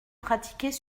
pratiqués